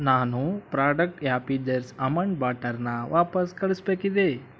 ನಾನು product happy jars almond ಬಟರ್ನ ವಾಪಸ್ ಕಳಿಸಬೇಕಿದೆ